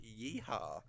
Yeehaw